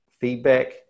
feedback